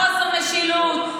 חוסר המשילות,